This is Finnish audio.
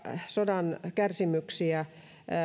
sodan kärsimyksiä